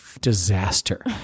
disaster